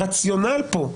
הרציונל פה,